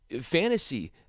fantasy